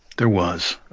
there was.